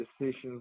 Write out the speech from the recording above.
decisions